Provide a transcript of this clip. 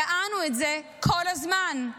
טענו את זה כל הזמן.